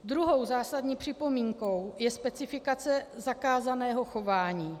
Druhou zásadní připomínkou je specifikace zakázaného chování.